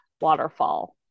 waterfall